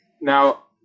Now